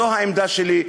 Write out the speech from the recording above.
זו העמדה שלי,